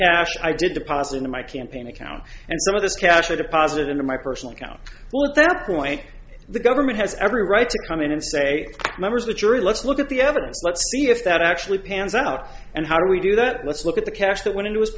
cash i did deposit into my campaign account and some of this cash deposited into my personal account well at that point the government has every right to come in and say members of the jury let's look at the evidence let's see if that actually pans out and how do we do that let's look at the cash that went into his